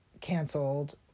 canceled